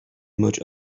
much